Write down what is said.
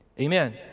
Amen